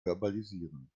verbalisieren